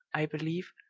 i believe,